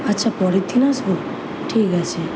আচ্ছা পরের দিন আসব ঠিক আছে